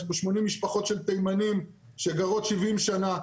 יש בו 80 משפחות של תימנים שגרות 70 שנה.